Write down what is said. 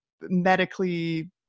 medically